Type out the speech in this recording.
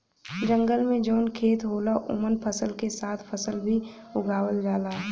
जंगल में जौन खेत होला ओमन फसल के साथ फल भी उगावल जाला